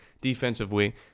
defensively